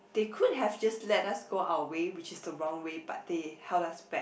they could have just let us go our way which is the wrong way but they held us back